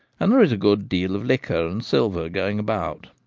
and there is a good deal of liquor and silver going about.